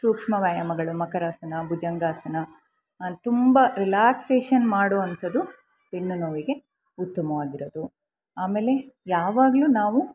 ಸೂಕ್ಷ್ಮ ವ್ಯಾಯಾಮಗಳು ಮಕರಾಸನ ಭುಜಂಗಾಸನ ಅಲ್ಲಿ ತುಂಬ ರಿಲ್ಯಾಕ್ಸೇಷನ್ ಮಾಡುವಂಥದ್ದು ಬೆನ್ನು ನೋವಿಗೆ ಉತ್ತಮವಾಗಿರೋದು ಆಮೇಲೆ ಯಾವಾಗಲೂ ನಾವು